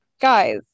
guys